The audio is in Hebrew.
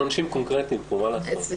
אנחנו אנשים קונקרטיים פה, מה לעשות.